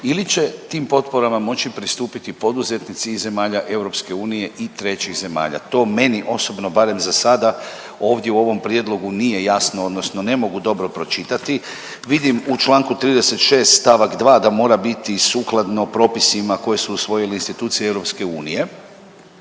ili će tim potporama moći pristupiti poduzetnici iz zemalja Europske unije i trećih zemalja? To meni osobno barem za sada ovdje u ovom prijedlogu nije jasno, odnosno ne mogu dobro pročitati. Vidim u čl. 36. st. 2. da mora biti sukladno propisima koje su usvojile institucije